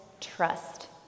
trust